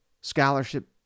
scholarship